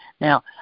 Now